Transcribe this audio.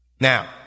Now